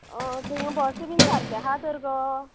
होय थंय बस बीन सारकी हा तर गो